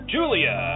Julia